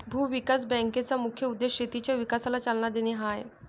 भूमी विकास बँकेचा मुख्य उद्देश शेतीच्या विकासाला चालना देणे हा आहे